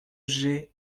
j’aie